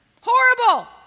Horrible